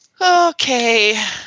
Okay